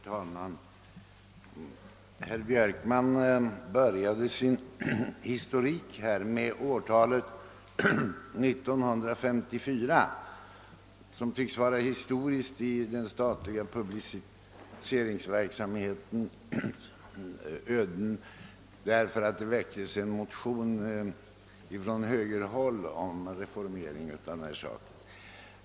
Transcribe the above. Herr talman! Herr Björkman började sin historik med årtalet 1954, som tycks vara en milstolpe i den statliga publiceringsverksamhetens öden därför att det då väcktes en högermotion om reformering av den verksamheten.